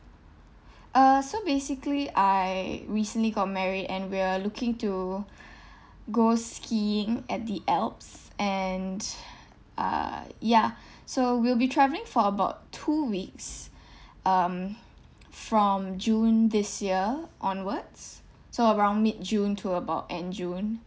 uh so basically I recently got married and we are looking to go skiing at the alps and uh ya so we'll be travelling for about two weeks um from june this year onwards so around mid june to about end june